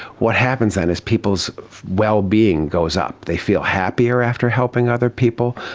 what happens then is people's well-being goes up. they feel happier after helping other people,